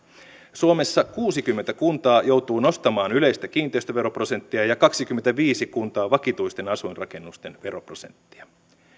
suomessa kuusikymmentä kuntaa joutuu nostamaan yleistä kiinteistöveroprosenttia ja kaksikymmentäviisi kuntaa vakituisten asuinrakennusten veroprosenttia